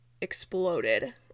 exploded